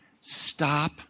stop